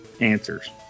answers